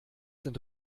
sind